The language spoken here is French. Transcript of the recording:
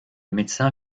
médecin